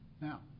Now